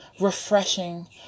refreshing